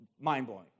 mind-blowing